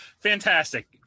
fantastic